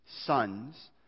sons